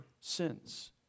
sins